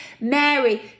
Mary